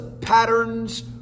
patterns